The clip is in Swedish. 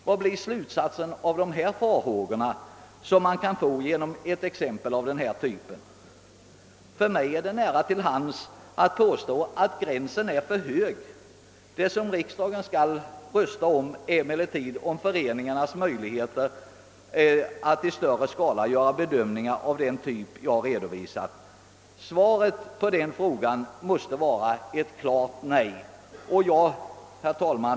Vilken blir slutsatsen av de farhågor som man kan få genom ett exempel av denna typ? För mig ligger det nära till hands att påstå att gränsen är för hög. Vad riksdagen skall rösta om är emellertid om företagareföreningarna skall få möjlighet att i större skala göra bedömningar av den art jag har redovisat. Svaret på frågan måste vara ett klart nej. Herr talman!